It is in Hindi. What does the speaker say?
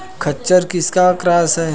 खच्चर किसका क्रास है?